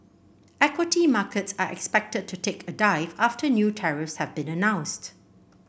equity markets are expected to take a dive after new tariffs have been announced